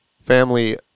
family